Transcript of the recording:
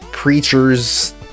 Creatures